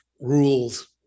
rules